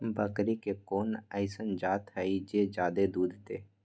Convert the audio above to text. बकरी के कोन अइसन जात हई जे जादे दूध दे?